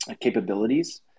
capabilities